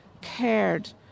cared